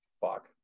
Fuck